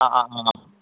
অঁ অঁ অঁ